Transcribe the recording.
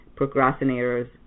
procrastinators